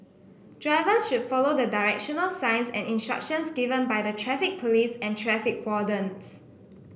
drivers should follow the directional signs and instructions given by the Traffic Police and traffic wardens